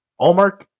Allmark